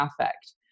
affect